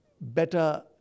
better